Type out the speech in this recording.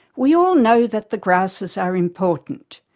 we all know that the grasses are important.